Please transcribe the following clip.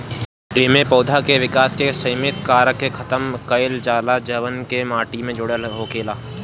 एमे पौधा के विकास के सिमित कारक के खतम कईल जाला जवन की माटी से जुड़ल होखेला